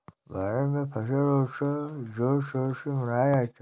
भारत में फसल उत्सव जोर शोर से मनाया जाता है